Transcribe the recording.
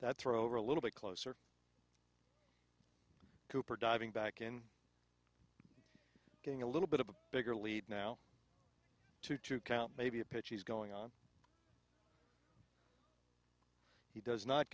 that throw a little bit closer cooper diving back in getting a little bit of a bigger lead now to two count maybe a pitch he's going on he does not